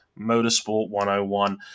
motorsport101